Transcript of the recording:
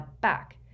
back